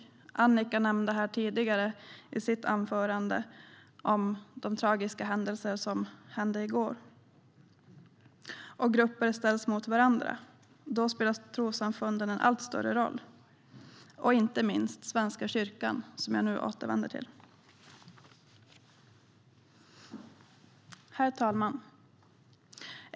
Annicka Engblom nämnde i sitt anförande gårdagens tragiska händelser. När grupper ställs mot varandra spelar trossamfunden en allt större roll, inte minst Svenska kyrkan. Herr talman!